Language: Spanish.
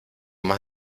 más